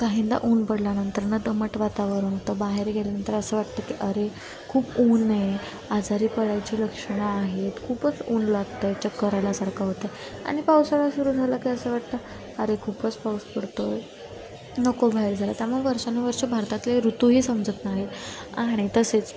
काहींदा ऊन पडल्यानंतर ना दमट वातावरण होतं बाहेर गेल्यानंतर असं वाटतं की अरे खूप ऊन आहे आजारी पडायची लक्षणं आहेत खूपच ऊन लागत आहे चक्कर आल्यासारखं होत आहे आणि पावसाळा सुरू झाला की असं वाटतं अरे खूपच पाऊस पडतो आहे नको बाहेर जायला त्यामुळे वर्षानुवर्षं भारतातले ऋतूही समजत नाही आणि तसेच